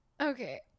Okay